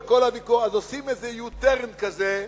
אז עושים איזה U-turn כזה.